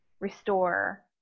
restore